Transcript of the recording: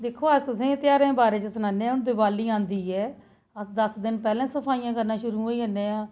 दिक्खो अस तु'सेंई ध्यारें दे बारै सनाने आं हून दिवाली आंदी ऐ अस दस्स दिन पैह्ले सफाइयां करना शुरू होई जन्ने आं